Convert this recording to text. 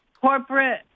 corporate